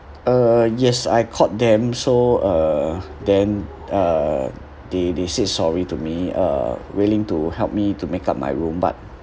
uh yes I called them so uh then uh they they said sorry to me uh willing to help me to make up my room but